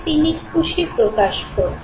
তিনি খুশি প্রকাশ করেন